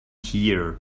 here